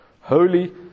holy